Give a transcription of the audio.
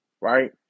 right